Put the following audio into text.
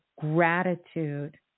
gratitude